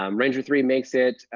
um ranger three makes it,